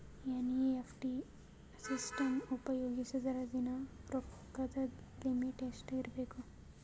NEFT system ಉಪಯೋಗಿಸಿದರ ದಿನದ ರೊಕ್ಕದ ಲಿಮಿಟ್ ಎಷ್ಟ ಇರಬೇಕು?